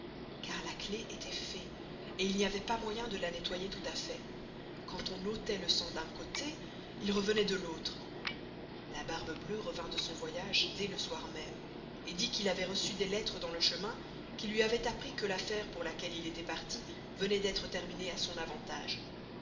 car la clef estoit fée et il n'y avait pas moyen de la nettoyer tout à fait quand on ôtoit le sang d'un costé il revenoit de l'autre la barbe bleuë revint de son voyage dés le soir mesme et dit qu'il avoit receu des lettres dans le chemin qui luy avoient appris que l'affaire pour laquelle il estoit party venoit d'estre terminée à son avantage